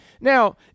Now